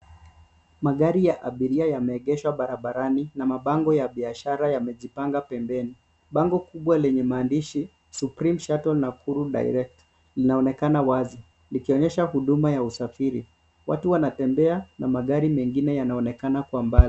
Magari ya abiria yameegeshwa barabarani na mabango ya biashara yamejipanga pembeni , bango kubwa lenye maandishi Supreme shuttle Nakuru direct linaonekana wazi likionyesha huduma ya usafiri, watu wanatembea na magari mengine yanaonekana kwa mbali.